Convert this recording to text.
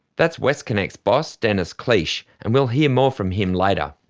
that's westconnex boss dennis cliche, and we'll hear more from him later.